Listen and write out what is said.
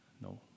No